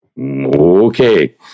okay